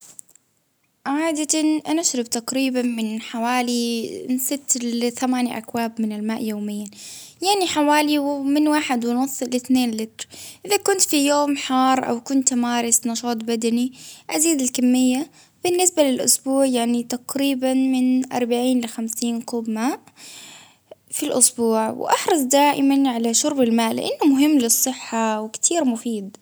عادة أنا أشرب تقريبا من حوالي من ست لثماني أكواب من الماء يوميا، يعني حوالي من واحد ونص لإتنين لتر، إذا كنت في يوم حر أو كنت أمارس نشاط بدني أزيد الكمية، بالنسبة للإسبوع يعني تقريبا من أربعين لخمسين كوب ماء في الإسبوع، وأحرص دائما على شرب الماء، لإنه مهم للصحة وكتير مفيد.